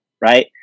right